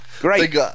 Great